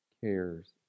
cares